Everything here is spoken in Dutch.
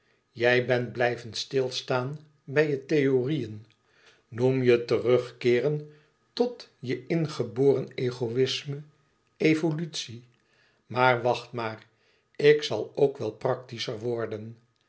jij bent blijven stilstaan bij je theorieën noem je terugkeeren tot je ingeboren egoïsme evolutie maar wacht maar ik zal ook wel praktischer worden